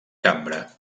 cambra